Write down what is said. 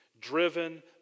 driven